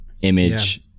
image